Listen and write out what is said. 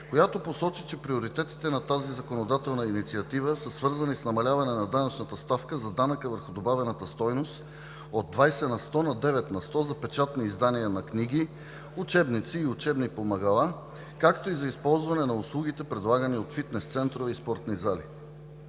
която посочи, че приоритетите на тази законодателна инициатива са свързани с намаляване на данъчната ставка за данъка върху добавената стойност от 20% на 9% за печатни издания на книги, учебници и учебни помагала, както и за използване на услугите, предлагани от фитнес центрове и спортни зали.